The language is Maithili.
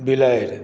बिलाड़ि